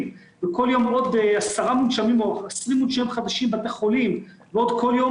וכל יום עוד עשרה או 20 מונשמים חדשים בבתי חולים ועוד כל יום